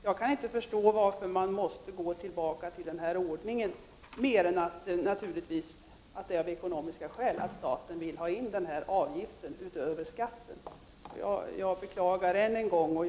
Jag kan inte förstå varför man går tillbaka till en sådan ordning. Det kan bara vara av ekonomiska skäl, dvs. att staten vill ta in den här avgiften utöver skatten. Jag beklagar än en gång att denna avgift införts.